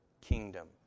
kingdom